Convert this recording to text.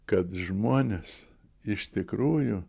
kad žmonės iš tikrųjų